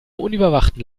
unüberwachten